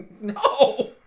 No